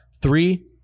Three